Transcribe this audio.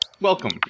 Welcome